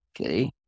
Okay